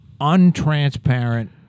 untransparent